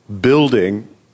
building